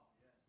yes